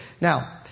Now